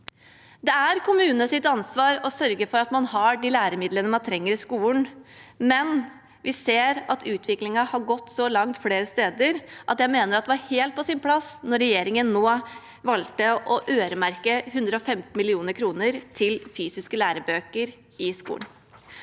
Det er kommunenes ansvar å sørge for at man har de læremidlene man trenger i skolen, men vi ser at utviklingen har gått så langt flere steder at jeg mener det var helt på sin plass at regjeringen nå valgte å øremerke 115 mill. kr til fysiske lærebøker i skolen.